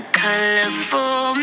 colorful